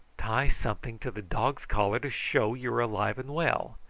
tie something to the dog's collar to show you are alive and well!